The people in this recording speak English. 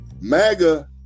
MAGA